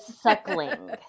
suckling